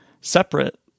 separate